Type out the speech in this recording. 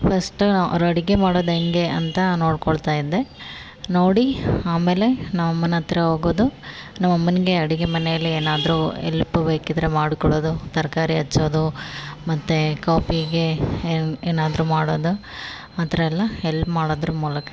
first ಅವರು ಅಡುಗೆ ಮಾಡೋದು ಹೇಗೆ ಅಂತ ನೋಡಿಕೊಳ್ತಾ ಇದ್ದೆ ನೋಡಿ ಆಮೇಲೆ ನಮ್ಮ ಅಮ್ಮನ ಹತ್ರ ಹೋಗೋದು ನಮ್ಮ ಅಮ್ಮನಿಗೆ ಅಡುಗೆ ಮನೆಯಲ್ಲಿ ಏನಾದರೂ ಎಲ್ಪ್ ಬೇಕಿದ್ದರೆ ಮಾಡಿಕೊಡೋದು ತರಕಾರಿ ಹೆಚ್ಚೋದು ಮತ್ತೆ ಕಾಫಿಗೆ ಏನು ಏನಾದರೂ ಮಾಡೋದು ಆ ಥರ ಎಲ್ಲ ಹೆಲ್ಪ್ ಮಾಡೋದ್ರ ಮೂಲಕ